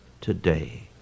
today